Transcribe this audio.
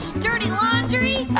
dirty laundry ah